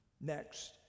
Next